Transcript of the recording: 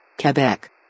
Quebec